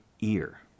ear